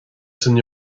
san